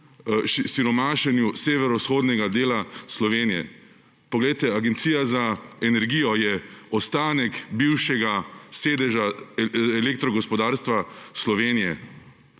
siromašenju severovzhodnega dela Slovenije. Agencija za energijo je ostanek bivšega sedeža elektrogospodarstva Slovenije.